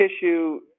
tissue